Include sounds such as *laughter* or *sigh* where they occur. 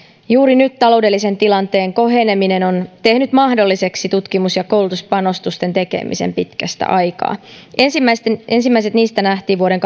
juuri nyt taloudellisen tilanteen koheneminen on tehnyt mahdolliseksi tutkimus ja koulutuspanostusten tekemisen pitkästä aikaa ensimmäiset niistä nähtiin vuoden *unintelligible*